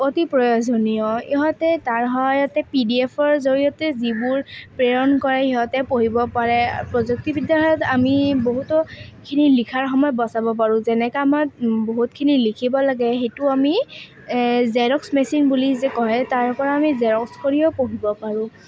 অতি প্ৰয়োজনীয় ইহঁতে তাৰ সহায়তে পি ডি এফ ৰ জৰিয়তে যিবোৰ প্ৰেৰণ কৰে সিহঁতে পঢ়িব পাৰে প্ৰযুক্তিবিদ্যাত আমি বহুতোখিনি লিখাৰ সময় বচাব পাৰোঁ যেনেকৈ আমাৰ বহুতখিনি লিখিব লাগে সেইটো আমি জেৰক্স মেচিন বুলি যে কয় তাৰপৰা আমি জেৰক্স কৰিও পঢ়িব পাৰোঁ